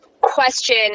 question